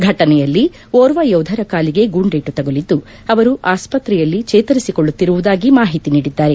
ಘಟನೆಯಲ್ಲಿ ಓರ್ವ ಯೋಧರ ಕಾಲಿಗೆ ಗುಂಡೇಟು ತಗುಲಿದ್ದು ಅವರು ಆಸ್ಪತ್ರೆಯಲ್ಲಿ ಚೇತರಿಕೊಳ್ಳುತ್ತಿರುವುದಾಗಿ ಮಾಹಿತಿ ನೀಡಿದ್ದಾರೆ